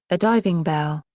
a diving bell,